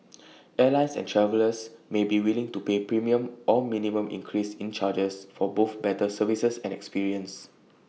airlines and travellers may be willing to pay premium or minimum increase in charges for both better services and experience